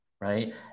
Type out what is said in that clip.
right